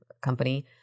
company